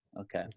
Okay